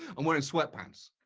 i'm wearing sweat pants.